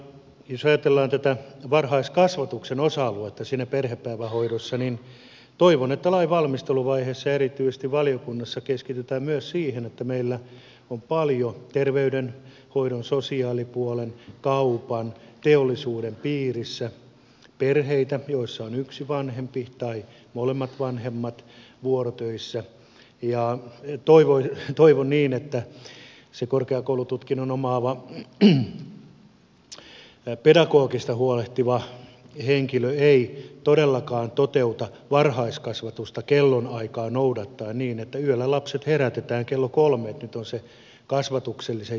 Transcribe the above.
jos ajatellaan tätä varhaiskasvatuksen osa aluetta siinä perhepäivähoidossa toivon että lain valmisteluvaiheessa ja erityisesti valiokunnassa keskitytään myös siihen että meillä on paljon terveydenhoidon sosiaalipuolen kaupan ja teollisuuden piirissä perheitä joissa on yksi vanhempi tai molemmat vanhemmat vuorotöissä ja toivon että se korkeakoulututkinnon omaava pedagogiasta huolehtiva henkilö ei todellakaan toteuta varhaiskasvatusta kellonaikaa noudattaen niin että yöllä lapset herätetään kello kolme että nyt on se kasvatuksellisen jakson aika